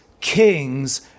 kings